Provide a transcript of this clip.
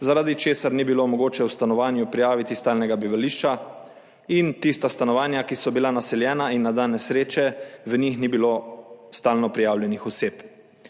zaradi česar ni bilo mogoče v stanovanju prijaviti stalnega bivališča, in tista stanovanja, ki so bila naseljena in na dan nesreče v njih ni bilo stalno prijavljenih oseb,